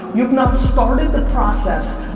you have not started the process.